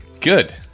Good